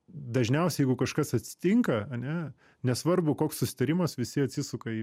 dažniausiai jeigu kažkas atsitinka ane nesvarbu koks susitarimas visi atsisuka į